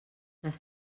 les